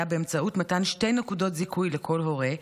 באמצעות מתן שתי נקודות זיכוי לכל הורה,